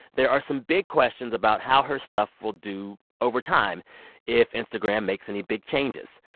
there are some big questions about how her stuff will do over time if instagram makes any big changes.